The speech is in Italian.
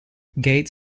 gates